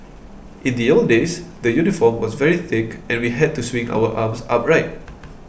in the old days the uniform was very thick and we had to swing our arms upright